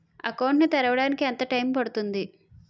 Account ను తెరవడానికి ఎంత టైమ్ పడుతుంది?